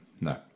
No